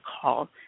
call